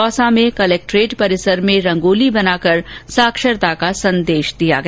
दौसा में कलेक्ट्रेट परिसर में रंगोली बनाकर साक्षरता का संदेश दिया गया